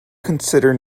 consider